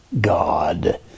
God